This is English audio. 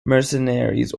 mercenaries